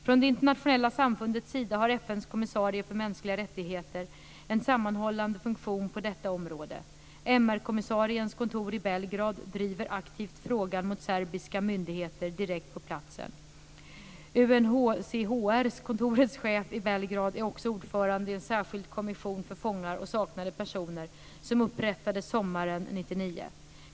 Från det internationella samfundets sida har FN:s kommissarie för mänskliga rättigheter, UNHCHR, en sammanhållande funktion på detta område. MR kommissariens kontor i Belgrad driver aktivt frågan mot serbiska myndigheter direkt på platsen. UNHCHR-kontorets chef i Belgrad är också ordförande i en särskild kommission för fångar och saknade personer som upprättades sommaren 1999.